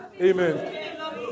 Amen